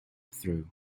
through